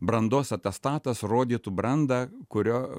brandos atestatas rodytų brandą kurio